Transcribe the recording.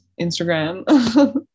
Instagram